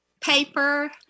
paper